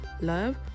love